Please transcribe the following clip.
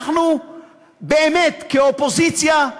אנחנו באמת, כאופוזיציה,